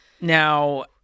Now-